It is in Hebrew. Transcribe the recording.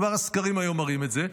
כבר היום הסקרים מראים את זה,